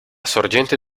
sorgente